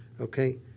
Okay